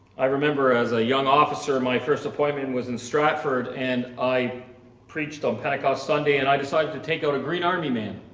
i remember as a young officer, my first appointment was in stratford and i preached on pentecost sunday and i decided to take out a green army man.